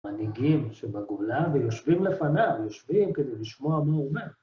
מנהיגים שבגולה ויושבים לפניו, יושבים כדי לשמוע מה הוא אומר.